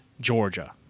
Georgia